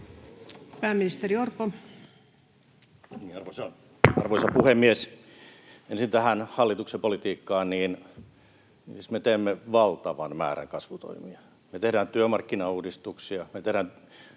Content: Arvoisa puhemies! Ensin tähän hallituksen politiikkaan: Siis me teemme valtavan määrän kasvutoimia. Me teemme työmarkkinauudistuksia.